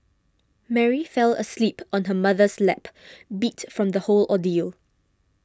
Mary fell asleep on her mother's lap beat from the whole ordeal